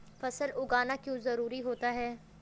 फसल उगाना क्यों जरूरी होता है?